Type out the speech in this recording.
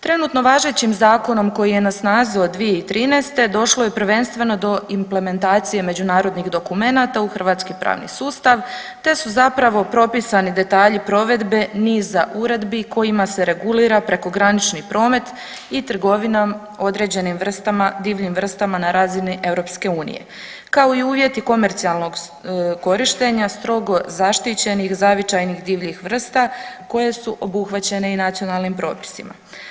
Trenutno važećim zakonom koji je na snazi od 2013. došlo je prvenstveno do implementacije međunarodnih dokumenata u hrvatski pravni sustav, te su zapravo propisani detalji provedbe niza uredbi kojima se regulira prekogranični promet i trgovinom određenim vrstama, divljim vrstama na razini EU kao i uvjeti komercijalnog korištenja strogo zaštićenih zavičajnih divljih vrsta koje su obuhvaćene i nacionalnim propisima.